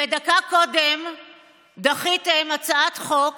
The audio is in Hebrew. ודקה קודם דחיתם הצעת חוק